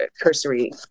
cursory